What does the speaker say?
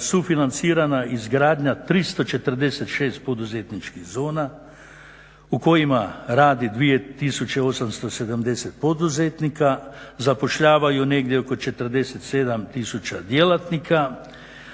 sufinancirana izgradnja 346 poduzetničkih zona u kojima radi 2870 poduzetnika, zapošljavaju negdje oko 47 tisuća djelatnika,